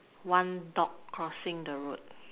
one dog crossing the road